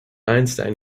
einstein